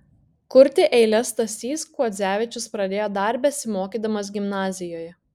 kurti eiles stasys kuodzevičius pradėjo dar besimokydamas gimnazijoje